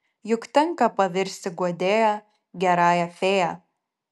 juk tenka pavirsti guodėja gerąją fėja